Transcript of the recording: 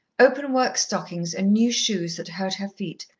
open-work stockings, and new shoes that hurt her feet,